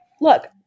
look